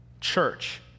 church